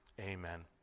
Amen